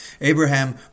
Abraham